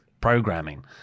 programming